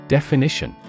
Definition